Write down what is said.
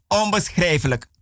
onbeschrijfelijk